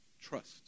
Trust